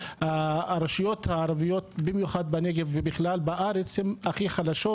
הרשויות הערביות במיוחד בנגב ובכלל בארץ הן הכי חלשות